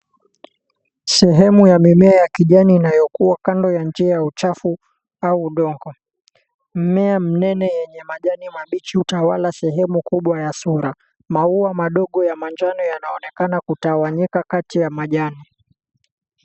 Sehemu ya mimea ya kijani inayokuwa kando ya uchafu au udongo, mimea minene yenye majani mabichi hutawala sehemu kubwa ya sura maua madogo ya manjano yanaonekana kutawanyika kati ya majani.